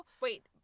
wait